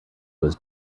was